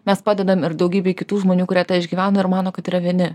mes padedam ir daugybei kitų žmonių kurie tą išgyveno ir mano kad yra vieni